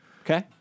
okay